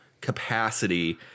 Capacity